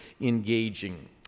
engaging